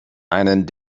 einen